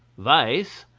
vice,